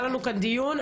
היה לנו כאן דיון,